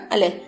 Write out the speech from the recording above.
Ale